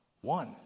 One